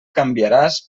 canviaràs